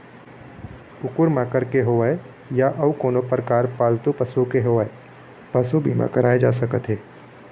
कुकुर माकर के होवय या अउ कोनो परकार पालतू पशु के होवय पसू बीमा कराए जा सकत हे